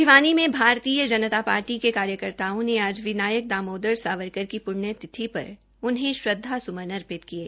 भिवानी में भारतीय जनता पार्टी के कार्यकर्ताओं ने आज विनायक दामोदर सावरकर की पुण्यतिथि पर उन्हें श्रद्धा सुमन अर्पित किये